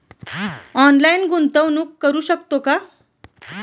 Online गुंतवणूक करू शकतो का?